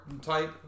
type